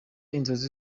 inzozi